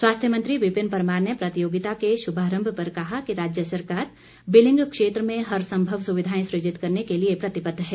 स्वास्थ्य मंत्री विपिन परमार ने प्रतियोगिता के शुभारम्भ पर कहा कि राज्य सरकार बिलिंग क्षेत्र में हर संभव सुविधाएं सुजित करने के लिए प्रतिबद्ध है